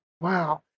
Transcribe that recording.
Wow